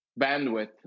bandwidth